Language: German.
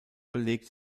belegt